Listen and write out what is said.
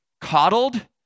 coddled